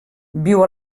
viu